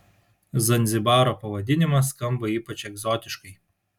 zanzibaro pavadinimas skamba ypač egzotiškai